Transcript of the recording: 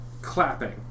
clapping